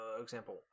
example